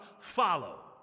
follow